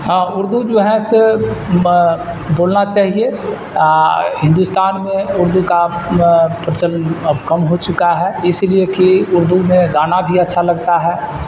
ہاں اردو جو ہے سے بولنا چاہیے ہندوستان میں اردو کا پرچلن اب کم ہو چکا ہے اسی لیے کہ اردو میں گانا بھی اچھا لگتا ہے